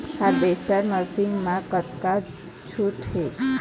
Harvester machine मा कतका छूट हे?